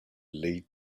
lead